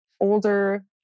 older